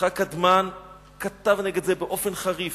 יצחק קדמן כתב נגד זה באופן חריף.